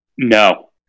No